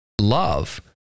love